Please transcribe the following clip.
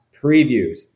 previews